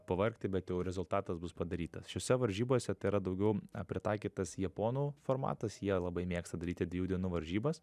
pavargti bet jau rezultatas bus padarytas šiose varžybose tai yra daugiau pritaikytas japonų formatas jie labai mėgsta daryti dviejų dienų varžybas